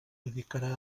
radicarà